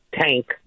tank